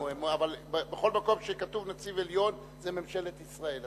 בכל מקום שכתוב "נציב עליון" זה ממשלת ישראל,